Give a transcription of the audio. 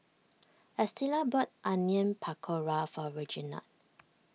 Estela bought Onion Pakora for Reginald